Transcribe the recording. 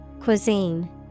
Cuisine